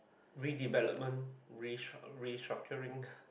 redevelopment restruct~ restructuring